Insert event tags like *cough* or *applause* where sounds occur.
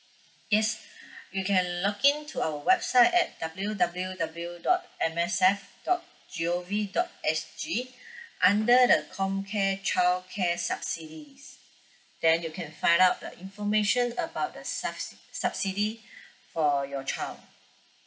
yes you can log in to our website at W_W_W dot M S F dot G_O_V dot S_G under the comcare childcare subsidies then you can find out the information about the subsi~ subsidy *breath* for your child